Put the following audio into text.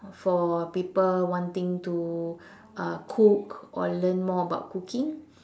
for people wanting to uh cook or learn more about cooking